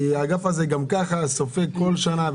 האגף הזה גם ככה סופג כל שנה,